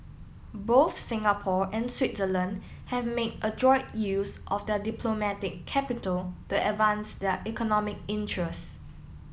both Singapore and Switzerland have made adroit use of their diplomatic capital to advance their economic interests